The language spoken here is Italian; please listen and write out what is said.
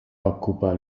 occupa